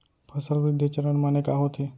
फसल वृद्धि चरण माने का होथे?